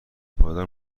پایدار